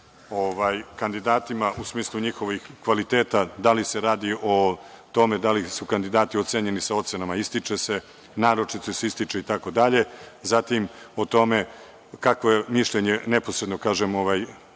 kandidatima, u smislu njihovih kvaliteta, da li se radi o tome da li su kandidati ocenjeni sa ocenama „ističe se“, „naročito se ističe“ itd, zatim o tome kakvo je mišljenje neposredno, kažem, sudije